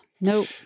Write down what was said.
Nope